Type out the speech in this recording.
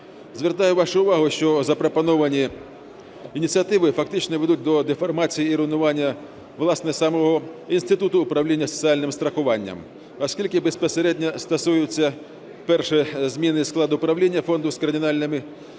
Звертаю вашу увагу, що запропоновані ініціативи фактично ведуть до деформації і руйнування, власне, самого інституту управління соціальним страхуванням, оскільки безпосередньо стосуються, перше, зміни і склад управління фонду з кардинальними